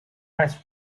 has